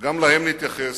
גם להם נתייחס.